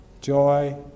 joy